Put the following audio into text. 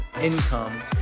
income